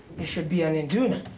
he should be an induna!